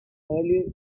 early